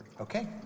Okay